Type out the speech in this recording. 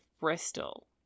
Bristol